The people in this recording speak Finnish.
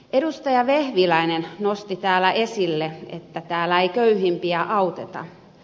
edustaja vehviläinen nosti täällä esille että täällä ei köyhimpiä auteta